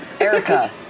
Erica